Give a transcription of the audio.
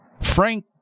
Frank